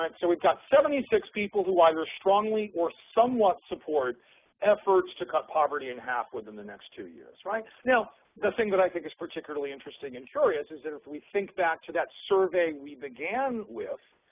so we've got seventy six people who either strongly or somewhat support efforts to cut poverty in half within the next two years, right. now the thing that i think is particularly interesting and curious is that if we think back to that survey we began with,